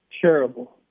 Terrible